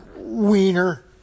Wiener